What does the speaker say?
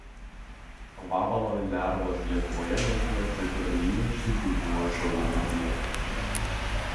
vabalo lervos lietuvoje maitinasi trūnijančia gyvų ąžuolų mediena